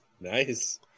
Nice